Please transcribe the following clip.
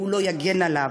והוא לא יגן עליו.